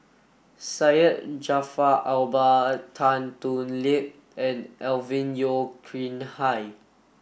Syed Jaafar Albar Tan Thoon Lip and Alvin Yeo Khirn Hai